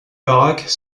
baraque